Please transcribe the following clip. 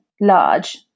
large